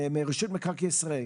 אני מבקש לשמוע את רשות מקרקעי ישראל.